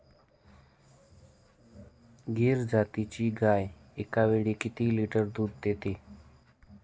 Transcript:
गीर जातीची गाय एकावेळी किती लिटर दूध देते?